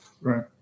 Right